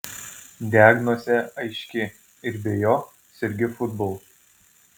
diagnozė aiški ir be jo sergi futbolu